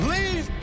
Leave